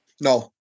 No